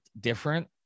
different